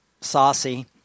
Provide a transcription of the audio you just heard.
saucy